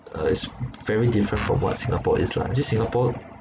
uh it's very different from what singapore is lah actually singapore